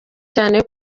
cyane